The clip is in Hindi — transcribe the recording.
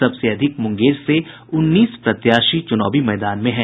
सबसे अधिक मुंगेर से उन्नीस प्रत्याशी चुनावी मैदान में हैं